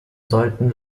sollten